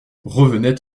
revenaient